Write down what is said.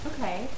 Okay